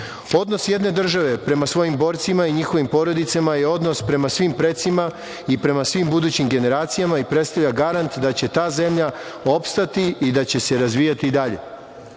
jedne države prema svojim borcima i njihovim porodicama je odnos prema svima precima i prema svim budućim generacijama i predstavlja garant da će ta zemlja opstati i da će se razvijati i dalje.